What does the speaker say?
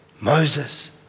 Moses